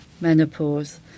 menopause